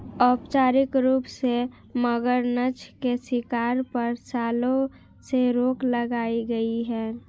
औपचारिक रूप से, मगरनछ के शिकार पर, सालों से रोक लगाई गई है